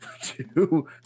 two